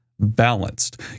balanced